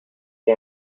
the